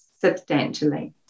substantially